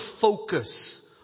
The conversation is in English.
focus